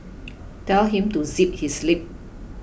tell him to zip his lip